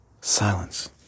silence